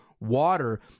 water